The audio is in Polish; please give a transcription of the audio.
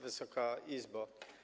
Wysoka Izbo!